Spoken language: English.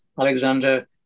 Alexander